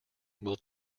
will